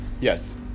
Yes